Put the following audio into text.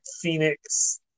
phoenix